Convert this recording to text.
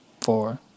four